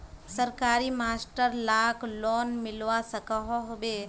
सरकारी मास्टर लाक लोन मिलवा सकोहो होबे?